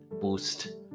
boost